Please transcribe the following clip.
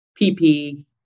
pp